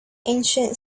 ancient